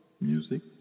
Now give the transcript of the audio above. music